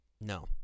No